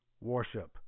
worship